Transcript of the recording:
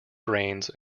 grains